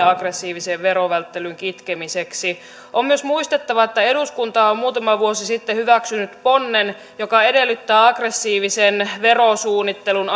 aggressiivisen verovälttelyn kitkemiseksi on myös muistettava että eduskunta on muutama vuosi sitten hyväksynyt ponnen joka edellyttää aggressiivisen verosuunnittelun